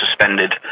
suspended